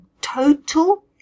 total